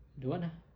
don't want lah